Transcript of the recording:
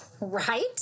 Right